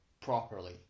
properly